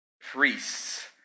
Priests